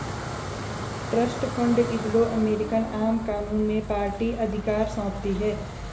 trust fund Anglo American आम कानून में पार्टी अधिकार सौंपती है